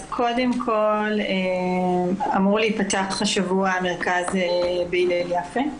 קודם כל, אמור להיפתח השבוע מרכז בהלל יפה,